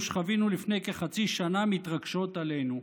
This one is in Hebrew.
שחווינו לפני כחצי שנה מתרגשות עלינו.